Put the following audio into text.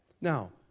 now